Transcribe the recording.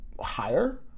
higher